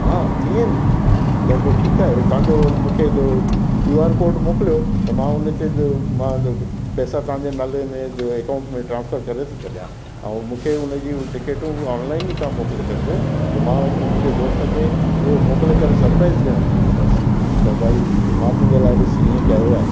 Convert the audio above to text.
हा थी वेंदी त ठीकु आहे तव्हांखे मुंहिंजो क्यूआर कोड मोकिलियो त मां उन ते मां पैसा तव्हांजे नाले में अकाउंट में ट्रांसफर करे थो छॾियां ऐं मूंखे उन जी टिकिटूं ऑनलाइन ई तव्हां मोकिले छॾिजो त मां मुंहिंजे दोस्त खे उहो मोकिले करे सरप्राइज़ ॾियणु ॾींदुसि त भई मां तुंहिंजे लाइ ॾिस ईअं कयो आहे